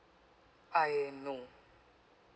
I no